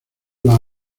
las